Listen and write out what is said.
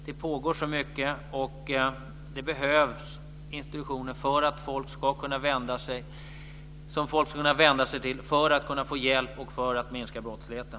Det pågår så mycket, och det behövs institutioner som folk ska kunna vända sig till för att få hjälp och för att minska brottsligheten.